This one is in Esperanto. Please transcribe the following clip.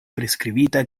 priskribita